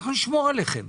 אנחנו נשמור עליכם,